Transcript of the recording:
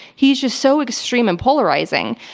he's just so extreme and polarizing.